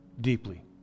deeply